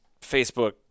Facebook